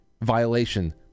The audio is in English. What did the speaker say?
violation